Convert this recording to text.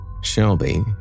Shelby